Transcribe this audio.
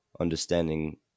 understanding